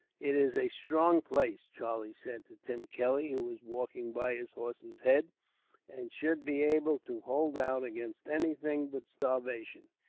it is a strong place, charlie said to tim kelly, who was walking by his horse's head and should be able to hold out against anything but starvation.